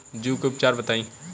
जूं के उपचार बताई?